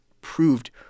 proved